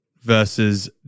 versus